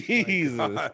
Jesus